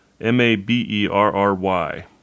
M-A-B-E-R-R-Y